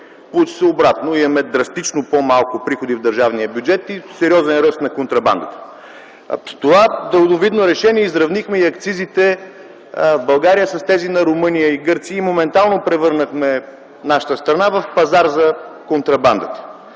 Получи се обратното – имаме драстично по-малко приходи в държавния бюджет и сериозен ръст на контрабандата. С това далновидно решение изравнихме акцизите в България с тези на Румъния и Гърция и моментално превърнахме нашата страна в пазар за контрабандата.